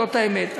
זאת האמת.